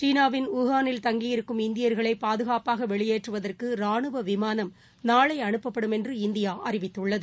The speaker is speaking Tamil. சீனாவின் உஹானில் தங்கியிருக்கும் இந்தியர்களை பாதுகாப்பாக வெளியேற்றுவதற்கு ரானுவ விமானம் நாளை அனுப்பப்படும் என்று இந்தியா அறிவித்துள்ளது